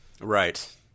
right